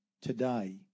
today